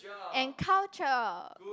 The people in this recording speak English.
and culture